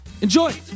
Enjoy